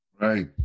Right